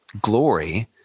glory